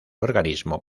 organismo